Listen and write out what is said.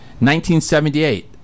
1978